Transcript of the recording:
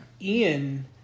Ian